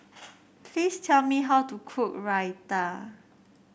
please tell me how to cook Raita